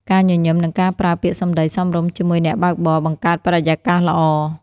ការញញឹម និងការប្រើពាក្យសម្តីសមរម្យជាមួយអ្នកបើកបរ បង្កើតបរិយាកាសល្អ។